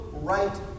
Right